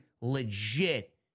legit